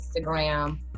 Instagram